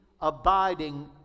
abiding